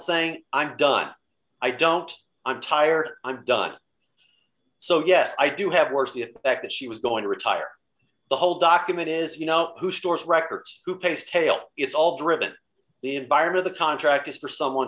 saying i'm done i don't i'm tired i'm done so yes i do have words the fact that she was going to retire the whole document is you know who stores records who pays tail it's all driven the environment the contract is for someone